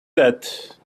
that